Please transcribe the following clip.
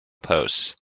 posts